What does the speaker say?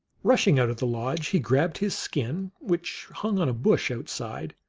rushing out of the lodge, he grabbed his skin, which hung on a bush outside,